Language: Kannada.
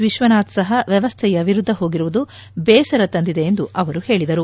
ವಿಶ್ವನಾಥ್ ಸಹಾ ವ್ಯವಸ್ದೆಯ ವಿರುದ್ದ ಹೋಗಿರುವುದು ಬೇಸರ ತಂದಿದೆ ಎಂದು ಅವರು ಹೇಳಿದರು